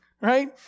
Right